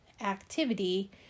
activity